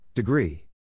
Degree